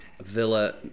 Villa